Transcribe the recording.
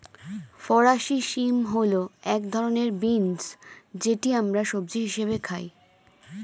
ফরাসি শিম হল এক ধরনের বিন্স যেটি আমরা সবজি হিসেবে খাই